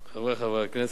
חברי חברי הכנסת,